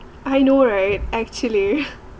I know right actually